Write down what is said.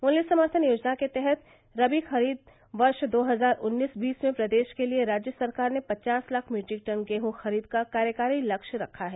मूल्य समर्थन योजना के तहत रबी ख़रीद वर्ष दो हज़ार उन्नीस वीस में प्रदेश के लिए राज्य सरकार ने पचास लाख मीट्रिक टन गेहूँ खरीद का कार्यकारी लक्ष्य रखा है